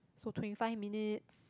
so twenty five minutes